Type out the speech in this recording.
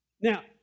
Now